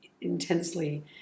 intensely